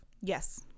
Yes